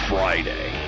Friday